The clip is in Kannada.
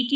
ಟಿ